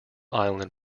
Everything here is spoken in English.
island